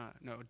No